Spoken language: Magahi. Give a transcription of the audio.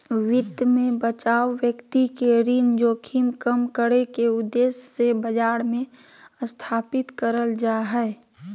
वित्त मे बचाव व्यक्ति के ऋण जोखिम कम करे के उद्देश्य से बाजार मे स्थापित करल जा हय